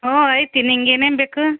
ಹ್ಞೂ ಐತಿ ನಿಂಗೆ ಏನೇನು ಬೇಕು